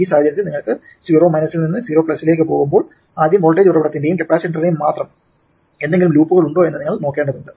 ഈ സാഹചര്യത്തിൽ നിങ്ങൾ ൽ നിന്ന് 0 ലേക്ക് പോകുമ്പോൾ ആദ്യം വോൾട്ടേജ് ഉറവിടത്തിന്റെയും കപ്പാസിറ്ററിന്റെയും മാത്രം ഏതെങ്കിലും ലൂപ്പുകൾ ഉണ്ടോ എന്ന് നിങ്ങൾ നോക്കേണ്ടതുണ്ട്